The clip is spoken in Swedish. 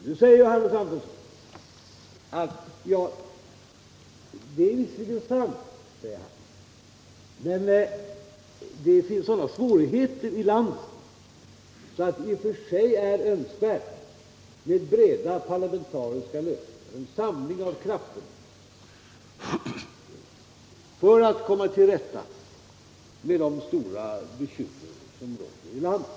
Nu säger Johannes Antonsson att det finns sådana svårigheter i landet att det i och för sig är önskvärt med breda parlamentariska lösningar, en samling av krafterna för att komma till rätta med de stora problem som råder i landet.